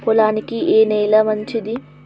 పొలానికి ఏ నేల మంచిది?